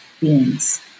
beings